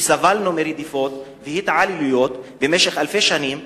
שסבלנו מרדיפות והתעללויות במשך אלפי שנים,